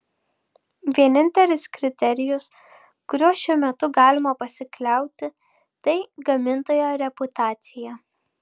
vienintelis kriterijus kuriuo šiuo metu galima pasikliauti tai gamintojo reputacija